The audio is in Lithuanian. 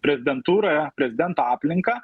prezidentūra prezidento aplinka